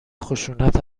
خشونت